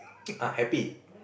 ah happy